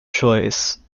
choice